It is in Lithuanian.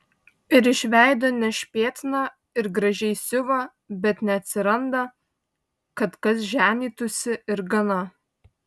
ir iš veido nešpėtna ir gražiai siuva bet neatsiranda kad kas ženytųsi ir gana